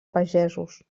pagesos